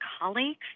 colleagues